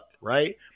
right